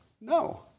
No